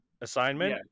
assignment